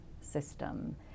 system